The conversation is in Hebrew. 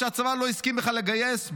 שהצבא לא הסכים בכלל לגייס,